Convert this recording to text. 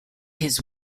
his